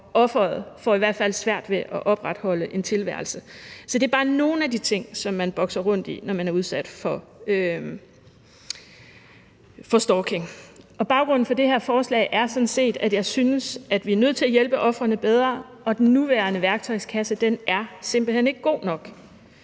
offeret får i hvert fald svært ved at opretholde sin tilværelse. Så det er bare nogle af de ting, som man bokser rundt med, når man er udsat for stalking. Og baggrunden for det her forslag er sådan set, at jeg synes, at vi er nødt til at hjælpe ofrene bedre, og den nuværende værktøjskasse er simpelt hen ikke god nok.